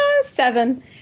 seven